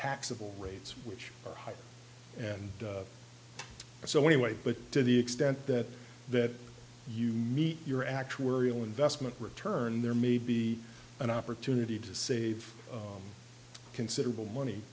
taxable rates which are higher and so anyway but to the extent that that you meet your actuarial investment return there may be an opportunity to save considerable money